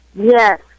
Yes